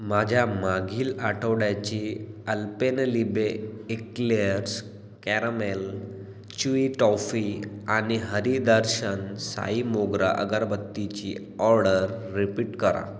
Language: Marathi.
माझ्या मागील आठवड्याची Alpenliebe eclairs caramel chewy toffee आणि हरी दर्शन साई मोगरा अगरबत्तीची ऑर्डर रिपीट करा